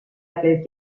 aquell